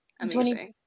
Amazing